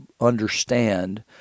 understand